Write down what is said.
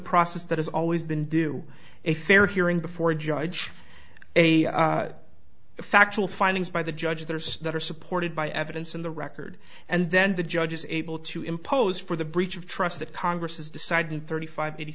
process that has always been do a fair hearing before a judge a factual findings by the judge there's that are supported by evidence in the record and then the judge is able to impose for the breach of trust that congress has decided thirty five eighty